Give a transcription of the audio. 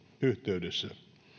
yhteydessä